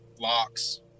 locks